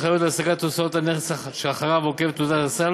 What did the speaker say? ההתחייבות להשגת תשואת הנכס שאחריו עוקבת תעודת הסל